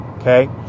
Okay